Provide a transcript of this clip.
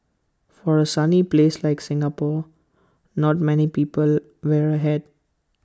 for A sunny place like Singapore not many people wear A hat